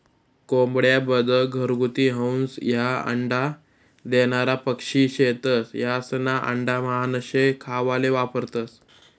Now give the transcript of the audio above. कोंबड्या, बदक, घरगुती हंस, ह्या अंडा देनारा पक्शी शेतस, यास्ना आंडा मानशे खावाले वापरतंस